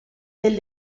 del